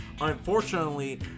Unfortunately